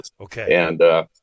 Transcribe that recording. Okay